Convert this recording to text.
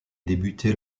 débuté